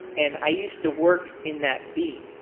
and i used to work in that beat.